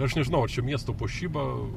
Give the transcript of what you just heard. aš nežinau ar čia miesto puošyba